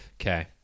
Okay